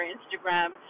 Instagram